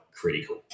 critical